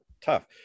tough